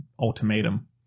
ultimatum